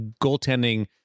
goaltending